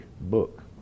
book